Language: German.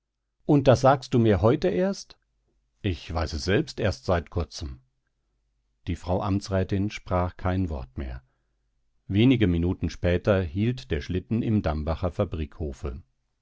und das sagst du mir heute erst ich weiß es selbst erst seit kurzem die frau amtsrätin sprach kein wort mehr wenige minuten später hielt der schlitten im dambacher